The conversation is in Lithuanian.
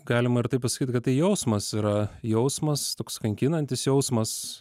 galima ir taip pasakyt kad tai jausmas yra jausmas toks kankinantis jausmas